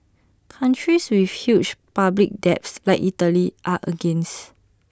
countries with huge public debts like Italy are against